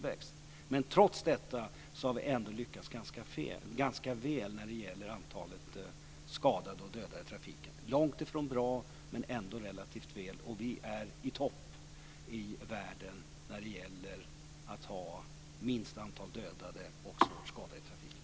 Trots detta har vi ändå lyckats ganska väl med att minska antalet dödade och skadade i trafiken. Det är långt ifrån bra, men vi har ändå lyckats relativt väl. Vi ligger i topp i världen när det gäller minst antal dödade och svårt skadade i trafiken.